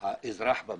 האזרח במרכז.